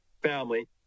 family